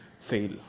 fail